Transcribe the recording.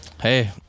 Hey